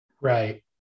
Right